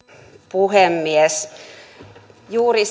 puhemies juuri